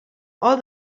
all